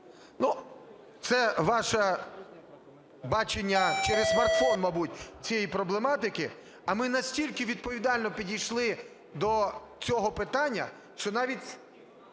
Це ваше бачення через смартфон, мабуть, цієї проблематики. А ми настільки відповідально підійшли до цього питання, що навіть